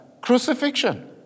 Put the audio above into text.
crucifixion